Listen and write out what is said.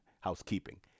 housekeeping